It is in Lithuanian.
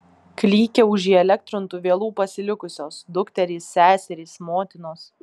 klykė už įelektrintų vielų pasilikusios dukterys seserys motinos